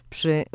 Przy